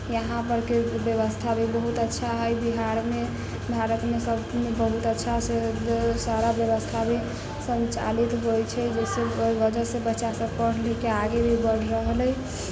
यहाँ परके बेबस्था भी बहुत अच्छा हइ बिहारमे भारतमे सबमे बहुत अच्छासँ सारा बेबस्था भी सञ्चालित होइ छै जाहिसँ वजहसँ बच्चासब पढ़ि लिखके आगे भी बढ़ि रहल अइ